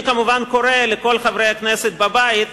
אני, כמובן, קורא לכל חברי הכנסת בבית,